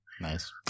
nice